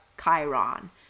chiron